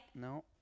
no